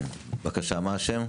בבקשה, מה השם?